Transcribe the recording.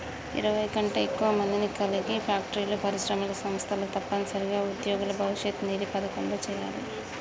ఇరవై కంటే ఎక్కువ మందిని కలిగి ఫ్యాక్టరీలు పరిశ్రమలు సంస్థలు తప్పనిసరిగా ఉద్యోగుల భవిష్యత్ నిధి పథకంలో చేయాలి